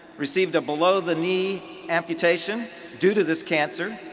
received a below-the-knee amputation due to this cancer,